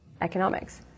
economics